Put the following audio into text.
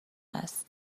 است